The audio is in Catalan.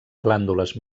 glàndules